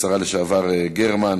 השרה לשעבר גרמן.